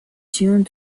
tune